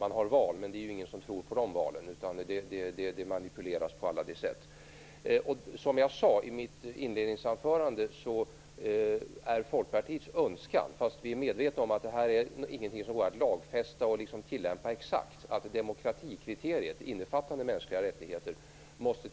Man har val, men det är ju ingen som tror på de valen, utan de manipuleras på alla de sätt. Som jag sade i mitt inledningsanförande är Folkpartiets önskan - fast vi är medvetna om att det här inte är något som går att lagfästa och tillämpa exakt - att demokratikriteriet innefattande mänskliga rättigheter